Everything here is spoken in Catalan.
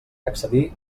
excedir